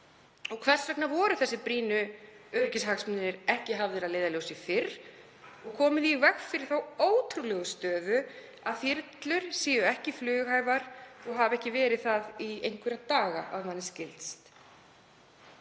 Hvers vegna voru þessir brýnu öryggishagsmunir ekki hafðir að leiðarljósi fyrr og komið í veg fyrir þá ótrúlegu stöðu að þyrlur séu ekki flughæfar og hafi ekki verið það í einhverja daga, að manni skilst?